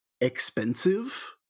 expensive